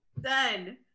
done